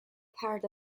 part